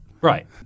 right